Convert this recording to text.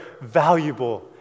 valuable